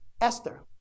Esther